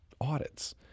audits